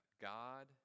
God